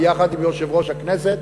ביחד עם יושב-ראש הכנסת,